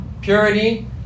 Purity